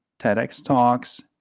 tedxtalks,